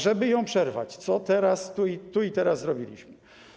Żeby to przerwać, co teraz, tu i teraz zrobiliśmy?